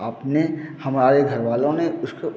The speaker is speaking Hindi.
आप ने हमारे घर वालों ने उसको